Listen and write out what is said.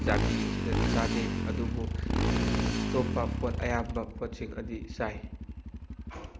ꯖꯥꯇꯤ ꯑꯁꯤꯗ ꯆꯥꯗꯦ ꯑꯗꯨꯕꯨ ꯑꯇꯣꯞꯄ ꯄꯣꯠ ꯑꯌꯥꯝꯕ ꯄꯣꯠꯁꯤꯡ ꯑꯗꯤ ꯆꯥꯏ